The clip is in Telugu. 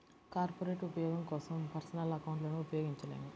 కార్పొరేట్ ఉపయోగం కోసం పర్సనల్ అకౌంట్లను ఉపయోగించలేము